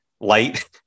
light